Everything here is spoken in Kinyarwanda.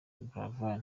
buravan